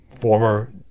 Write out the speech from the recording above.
former